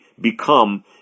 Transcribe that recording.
become